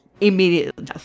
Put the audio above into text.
immediately